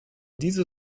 diese